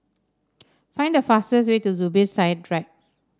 find the fastest way to Zubir Said Drive